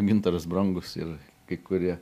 gintaras brangus ir kai kurie